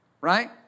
Right